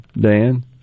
Dan